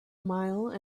mile